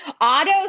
Auto